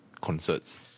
concerts